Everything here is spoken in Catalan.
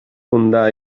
fundà